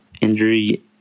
injury